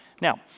Now